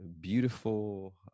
beautiful